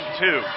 two